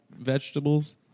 vegetables